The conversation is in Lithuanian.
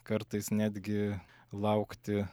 kartais netgi laukti